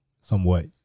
somewhat